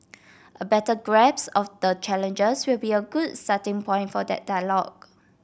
a better grasp of the challenges will be a good starting point for that dialogue